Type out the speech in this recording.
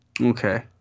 Okay